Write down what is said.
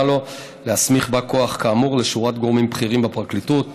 לו להסמיך בא כוח כאמור לשורת גורמים בכירים בפרקליטות: